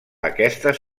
aquestes